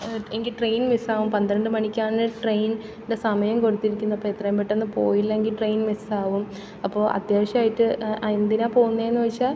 എനിക്ക് ട്രെയിൻ മിസ്സാകും പന്ത്രണ്ടു മണിക്കാണ് ട്രെയിനിന്റെ സമയം കൊടുത്തിരിക്കുന്നത് അപ്പോൾ എത്രയും പെട്ടെന്നു പോയില്ലെങ്കിൽ ട്രെയിൻ മിസ്സാകും അപ്പോൾ അത്യാവശ്യമായിട്ട് എന്തിനാ പോകുന്നതെന്നു ചോദിച്ചാൽ